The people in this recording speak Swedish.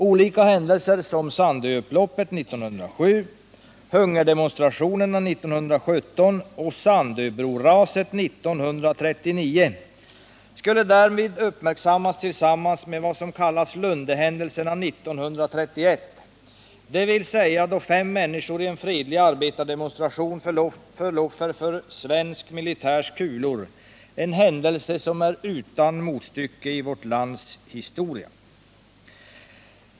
Olika händelser såsom Sandöupploppet 1907, hungerdemonstrationerna 1917 och Sandöbroraset 1939 skulle därvid uppmärksammas tillsammans med vad som kallas Lundehändelserna 1931, då fem människor i en fredlig arbetardemonstration föll offer för svensk militärs kulor, en händelse utan motstycke i vårt lands historia.